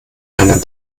einer